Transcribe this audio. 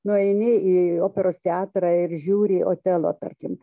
nueini į operos teatrą ir žiūri otelo tarkim